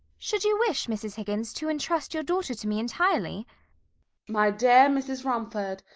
should you wish, mrs. higgins, to entrust your daughter to me entirely my dear mrs. rumford,